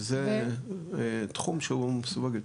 וזה תחום שהוא מסווג יותר.